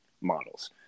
models